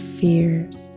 fears